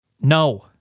No